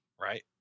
right